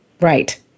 Right